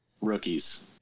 rookies